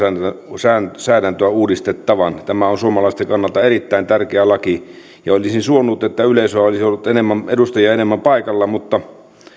tärkeää lainsäädäntöä uudistetun tämä on suomalaisten kannalta erittäin tärkeä laki ja olisin suonut että edustajia olisi ollut enemmän paikalla mutta